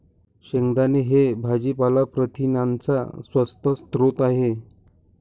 शेंगदाणे हे भाजीपाला प्रथिनांचा स्वस्त स्रोत आहे